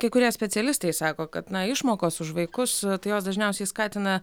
kai kurie specialistai sako kad na išmokos už vaikus tai jos dažniausiai skatina